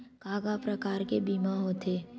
का का प्रकार के बीमा होथे?